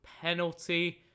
penalty